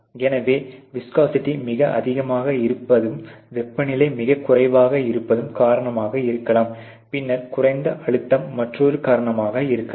எனவே விஸ்கோசிட்டி மிக அதிகமாக இருப்பதும் வெப்பநிலை மிகக் குறைவாக இருப்பதும் காரணமாக இருக்கலாம் பின்னர் குறைந்த அழுத்தம் மற்றொரு காரணமாக இருக்கலாம்